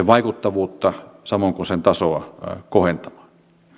vaikuttavuutta samoin kuin sen tasoa kyettäisiin kohentamaan